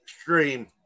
stream